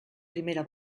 primera